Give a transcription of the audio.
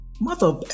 mother